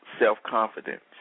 self-confidence